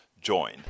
join